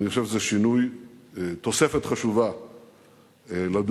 ואני חושב שזה שינוי, תוספת חשובה לדוח.